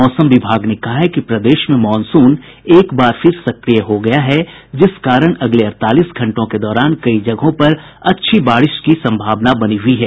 मौसम विभाग ने कहा है कि प्रदेश में मॉनसून एक बार फिर सक्रिय हो गया है जिस कारण अगले अड़तालीस घंटों के दौरान कई जगहों पर अच्छी बारिश की संभावना बनी हुयी है